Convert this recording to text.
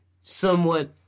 somewhat